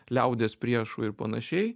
liaudies priešų ir panašiai